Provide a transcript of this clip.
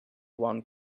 one